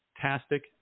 fantastic